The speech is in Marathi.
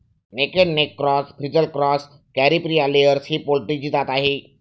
naked neck cross, frizzle cross, Caripriya layers ही पोल्ट्रीची जात आहे